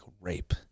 rape